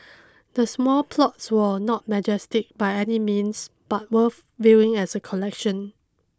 the small plots were not majestic by any means but worth viewing as a collection